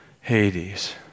Hades